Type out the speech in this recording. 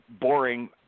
boring